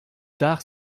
tard